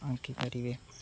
ଆଙ୍କି ପାରିବେ